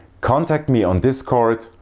contact me on discord,